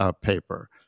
paper